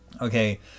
Okay